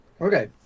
Okay